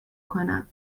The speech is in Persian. کنم